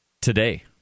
Today